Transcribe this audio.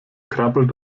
krabbelt